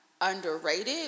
underrated